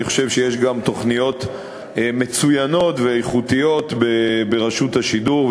אני חושב שיש גם תוכניות מצוינות ואיכותיות ברשות השידור,